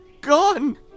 gone